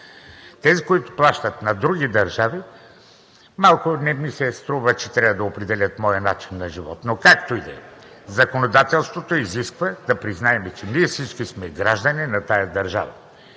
Тези, които плащат на други държави, малко не ми се струва, че трябва да определят моя начин на живот, но както и да е. Законодателството изисква да признаем, че ние всички сме граждани на тази държава.